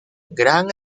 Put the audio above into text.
gran